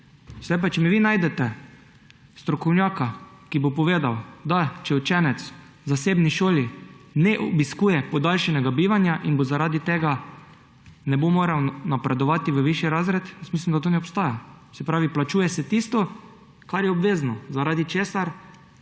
pa, če mi vi najdete strokovnjaka, ki bo povedal, če učenec v zasebni šoli ne obiskuje podaljšanega bivanja in zaradi tega ne bo mogel napredovati v višji razred, jaz mislim, da to ne obstaja. Se pravi, plačuje se tisto, kar je obvezno, česar